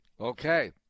Okay